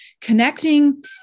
Connecting